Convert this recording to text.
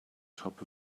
top